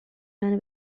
منو